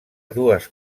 dues